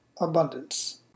abundance